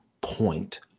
point